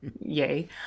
yay